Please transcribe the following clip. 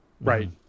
Right